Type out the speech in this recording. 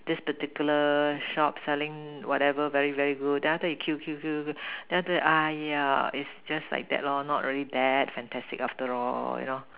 this particular shop selling whatever very very good then after you queue queue queue queue then after that !aiya! is just like that lor not really that fantastic after all you know